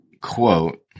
quote